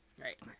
Right